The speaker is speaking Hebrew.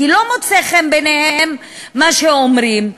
כי לא מוצא חן בעיניהם מה שאומרים,